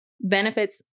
benefits